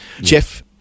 Jeff